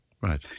Right